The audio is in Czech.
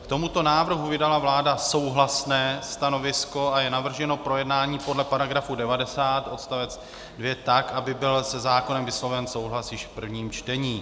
K tomuto návrhu vydala vláda souhlasné stanovisko a je navrženo projednání podle § 90 odst. 2, tak aby byl se zákon vysloven souhlas již v prvním čtení.